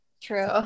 True